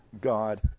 God